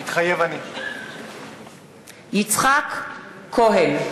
מתחייב אני יצחק כהן,